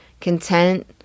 content